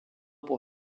pour